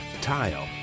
tile